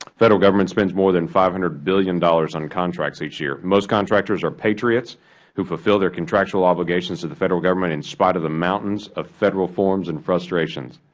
federal government spends more than five hundred billion dollars on contracts each year. most contractors are patriots who fulfill their contractual obligations to the federal government in spite of the mountains of federal forms and frustrations.